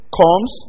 comes